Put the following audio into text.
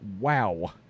Wow